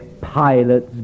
pilot's